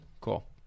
Cool